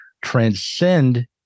transcend